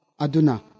aduna